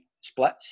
splits